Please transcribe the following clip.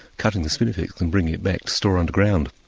cutting the spinifex and bringing it back to store underground.